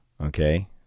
okay